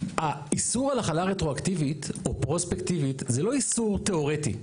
האיסור על החלה רטרואקטיבית או פרוספקטיבית זה לא איסור תיאורטי.